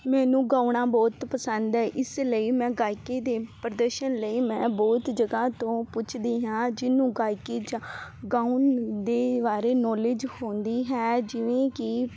ਮੈਨੂੰ ਗਾਉਣਾ ਬਹੁਤ ਪਸੰਦ ਹੈ ਇਸ ਲਈ ਮੈਂ ਗਾਇਕੀ ਦੇ ਪ੍ਰਦਰਸ਼ਨ ਲਈ ਮੈਂ ਬਹੁਤ ਜਗ੍ਹਾ ਤੋਂ ਪੁੱਛਦੀ ਹਾਂ ਜਿਹਨੂੰ ਗਾਇਕੀ ਜਾਂ ਗਾਉਣ ਦੇ ਬਾਰੇ ਨੌਲੇਜ ਹੁੰਦੀ ਹੈ ਜਿਵੇਂ ਕਿ